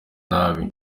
nabi